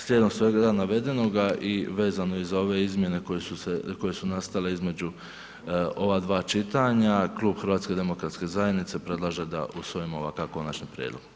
Slijedom svega navedenoga i vezano i za ove izmjene koje su nastale između ova dva čitanja Klub HDZ-a predlaže da usvojimo ovakav konačni prijedlog.